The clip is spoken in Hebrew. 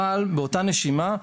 אבל באותה נשימה,